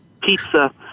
pizza